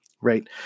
Right